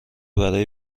برای